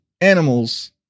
animals